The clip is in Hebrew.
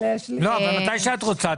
מתי שאת רוצה,